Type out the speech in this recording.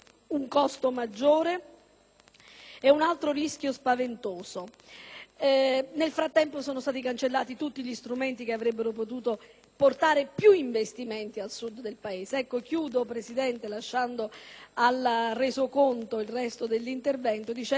è un altro rischio spaventoso e, nel frattempo, sono stati cancellati tutti gli strumenti che avrebbero potuto portare più investimenti al Sud del Paese. Signora Presidente, allego al Resoconto il resto dell'intervento e concludo dicendo che proprio quell'Italia